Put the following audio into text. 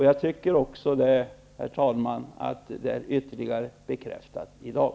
Jag tycker, herr talman, att det har ytterligare bekräftats i dag.